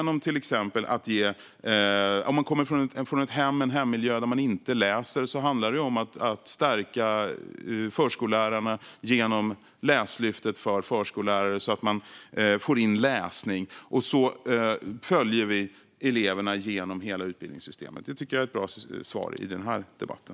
När det gäller barn som kommer från en hemmiljö där man inte läser handlar det om att stärka förskollärarna genom Läslyftet för förskollärare, så att barnen får in läsning, och att följa eleverna hela utbildningssystemet. Det tycker jag är ett bra svar i den här debatten.